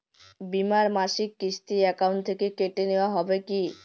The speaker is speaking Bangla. বিমার মাসিক কিস্তি অ্যাকাউন্ট থেকে কেটে নেওয়া হবে কি?